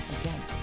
again